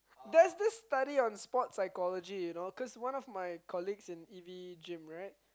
there's this study on sport psychology you know cause one of my colleagues in E_V gym right